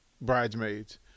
Bridesmaids